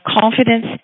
confidence